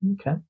Okay